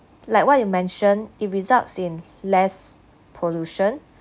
like what you mentioned it results in less pollution